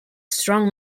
strong